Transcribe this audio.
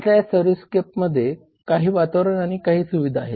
आता या सर्व्हिसस्केपमध्ये काही वातावरण आणि काही सुविधा आहेत